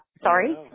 Sorry